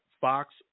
Fox